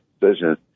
decision